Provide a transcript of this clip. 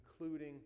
including